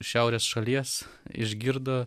šiaurės šalies išgirdo